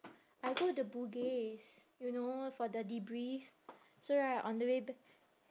I go the bugis you know for the debrief so right on the way ba~